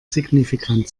signifikant